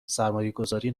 سرمایهگذاری